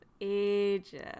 ages